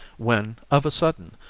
when, of a sudden,